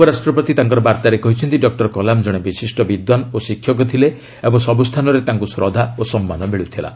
ଉପରାଷ୍ଟ୍ରପତି ତାଙ୍କର ବାର୍ତ୍ତାରେ କହିଛନ୍ତି ଡକ୍କର କଲାମ ଜଣେ ବିଶିଷ୍ଟ ବିଦ୍ୱାନ ଓ ଶିକ୍ଷକ ଥିଲେ ଏବଂ ସବୁ ସ୍ଥାନରେ ତାଙ୍କୁ ଶ୍ରଦ୍ଧା ଓ ସମ୍ମାନ ମିଳ୍ଚ୍ୟୁଲା